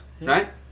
Right